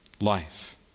life